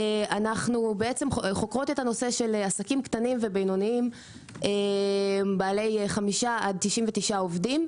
אנו חוקרות את הנושא של עסקים קטנים ובינוניים בעלי 5 עד 99 עובדים.